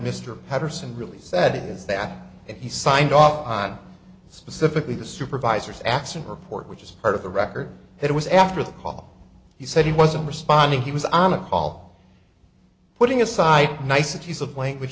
mr patterson really said is that and he signed off on it specifically the supervisors action report which is part of the record that was after the call he said he wasn't responding he was on a call putting aside niceties of language